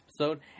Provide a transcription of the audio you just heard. episode